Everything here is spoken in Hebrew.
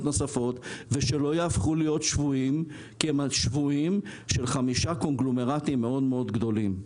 נוספות ושלא יהפכו להיות שבויים של חמישה קונגלומרטים מאוד גדולים.